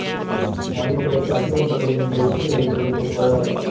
modified অভ্যন্তরীন rate ফেরতের ওপর করা হয়